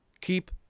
Keep